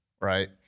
right